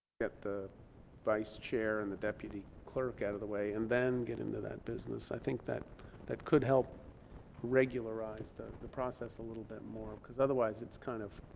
get the vice-chair and the deputy clerk out of the way and then get into that business i think that that could help regularize the the process a little bit more because otherwise it's kind of